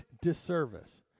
disservice